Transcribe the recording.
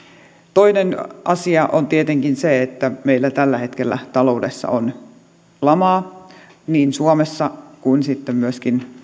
toinen asia on tietenkin se että meillä tällä hetkellä taloudessa on lama niin suomessa kuin sitten myöskin